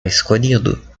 escolhido